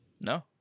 No